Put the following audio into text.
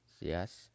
yes